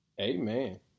Amen